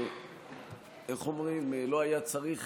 איך אומרים, שלא היה צריך